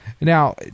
Now